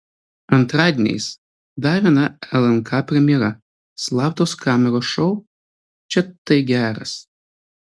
antradieniais dar viena lnk premjera slaptos kameros šou čia tai geras